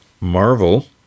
Marvel